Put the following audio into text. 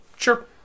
Sure